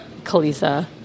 Kalisa